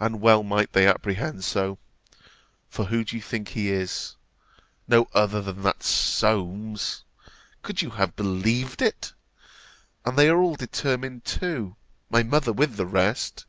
and well might they apprehend so for who do you think he is no other than that solmes could you have believed it and they are all determined too my mother with the rest